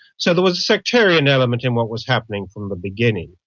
so there was a sectarian element in what was happening from the beginning.